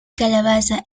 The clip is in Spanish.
calabaza